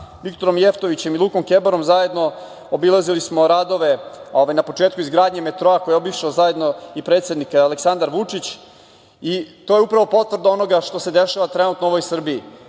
Viktorom Jeftovićem i Lukom Kebarom, zajedno smo obilazili radove na početku izgradnje metroa koji je obišao i predsednik Aleksandar Vučić. To je upravo potvrda onoga što se dešava trenutno u ovoj Srbiji.